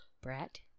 Brett